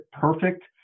perfect